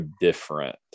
different